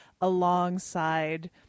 alongside